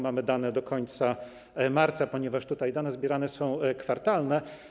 Mamy dane do końca marca, ponieważ tutaj dane zbierane są kwartalnie.